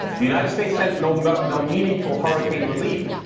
the united states sent no no meaningful hurricane relief.